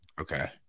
okay